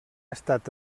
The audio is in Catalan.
estat